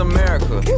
America